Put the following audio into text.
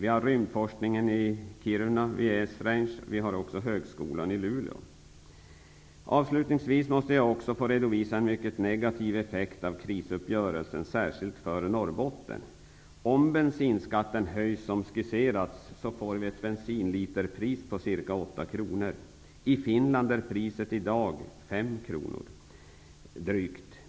Vi har rymdforskningen vid Esrange i Kiruna och högskolan i Luleå. Avslutningsvis måste jag också få redovisa en mycket negativ effekt av krisuppgörelsen, särskilt för Norrbotten. Om bensinskatten höjs som skisserats, får vi ett bensinliterpris på ca 8 kr. I Finland är priset i dag drygt 5 kr.